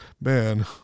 Man